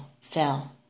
fell